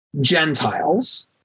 Gentiles